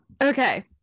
Okay